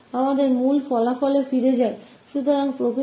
और हम मूल परिणाम पर वापस आ जाते हैं जो हमारे पास पूर्णांकों के लिए है